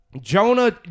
Jonah